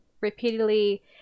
repeatedly